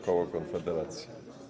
Koło Konfederacja.